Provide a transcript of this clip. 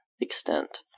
extent